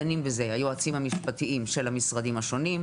דנים בזה היועצים המשפטיים של המשרדים השונים,